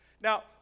Now